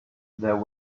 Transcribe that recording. there